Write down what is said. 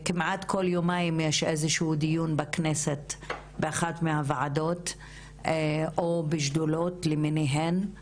כמעט כל יומיים יש איזשהו דיון בכנסת באחת מהוועדות או בשדולות למיניהן,